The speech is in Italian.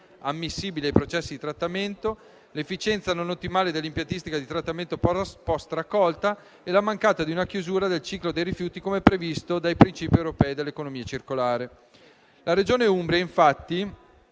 la Regione Umbria, infatti,